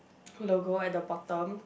logo at the bottom